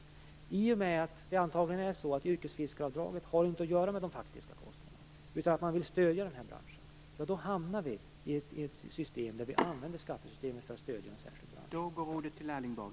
Yrkesfiskaravdraget har antagligen inte att göra med de faktiska kostnaderna utan med att man vill stödja den här branschen, och i och med det hamnar vi i ett system där vi använder skattesystemet för att stödja en särskild bransch.